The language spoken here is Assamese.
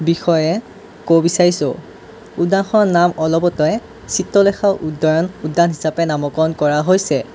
বিষয়ে ক'ব বিচাৰিছোঁ উদ্যানখনৰ নাম অলপতেই চিত্ৰলেখা উদ্যান উদ্যান হিচাপে নামকৰণ কৰা হৈছে